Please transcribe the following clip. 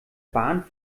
bahn